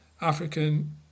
African